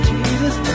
Jesus